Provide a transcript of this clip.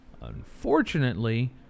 Unfortunately